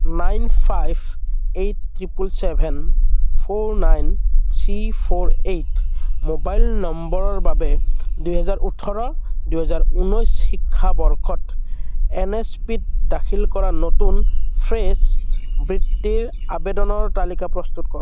nine five eight triple seven four nine three four eight mobile নম্বৰৰ বাবে দুহেজাৰ ওঠৰ দুহেজাৰ ঊনৈছ শিক্ষাবৰ্ষত এন এছ পিত দাখিল কৰা নতুন ফ্ৰেছ বৃত্তিৰ আবেদনৰ তালিকা প্ৰস্তুত কৰক